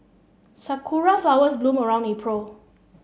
Sakura flowers bloom around April